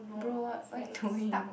bro what what you doing